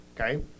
okay